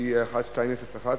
שהיא מס' 1201,